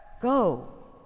Go